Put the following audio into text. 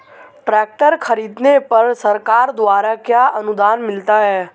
Tractor खरीदने पर सरकार द्वारा क्या अनुदान मिलता है?